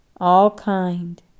all-kind